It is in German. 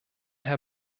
herr